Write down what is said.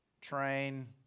train